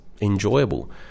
enjoyable